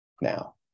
now